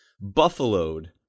Buffaloed